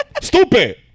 Stupid